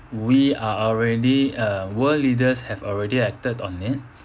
we are already uh world leaders have already acted on it